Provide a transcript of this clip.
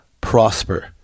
prosper